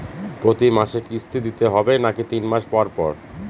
প্রতিমাসে কিস্তি দিতে হবে নাকি তিন মাস পর পর?